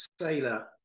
sailor